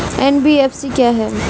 NBFC क्या है?